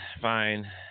fine